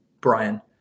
Brian